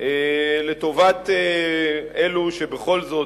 לטובת אלו שבכל זאת,